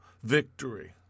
Victory